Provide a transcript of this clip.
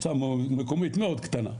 מועצה מקומית מאוד קטנה,